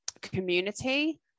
community